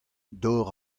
dor